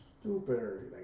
stupid